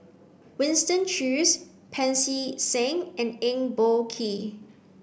Winston Choos Pancy Seng and Eng Boh Kee